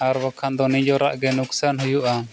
ᱟᱨ ᱵᱟᱠᱷᱟᱱ ᱫᱚ ᱱᱤᱡᱮᱨᱟᱜ ᱜᱮ ᱱᱚᱠᱥᱟᱱ ᱦᱩᱭᱩᱜᱼᱟ